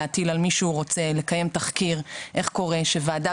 להטיל על מי שהוא רוצה לקיים תחקיר איך קורה שוועדה